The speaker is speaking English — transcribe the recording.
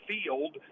Field